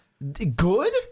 Good